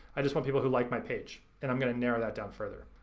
i just want people who like my page. and i'm gonna narrow that down further.